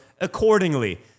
accordingly